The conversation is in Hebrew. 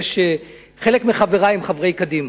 חלק מחברי הם חברי קדימה,